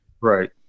Right